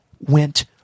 went